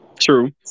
true